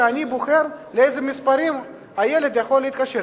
שאני בוחר לאיזה מספרים הילד יכול להתקשר,